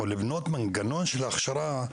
לבנות מנגנון של הכשרה.